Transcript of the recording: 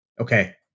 Okay